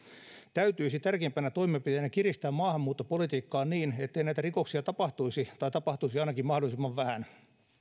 täytyisi tärkeimpänä toimenpiteenä kiristää maahanmuuttopolitiikkaa niin ettei näitä rikoksia tapahtuisi tai että niitä tapahtuisi ainakin mahdollisimman vähän